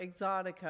Exotica